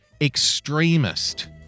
extremist